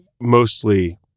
Mostly